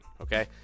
okay